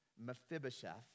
Mephibosheth